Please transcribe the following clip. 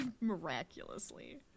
miraculously